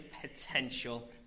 potential